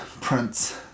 Prince